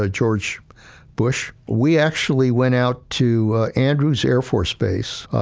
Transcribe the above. ah george bush, we actually went out to andrews air force base,